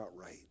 right